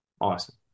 awesome